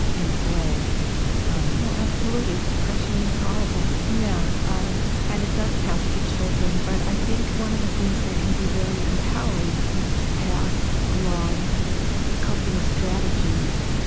in its way oh, absolutely. depression is horrible, yeah um and it does pass to children, but i think one of the things that can be very empowering is to pass along coping strategies.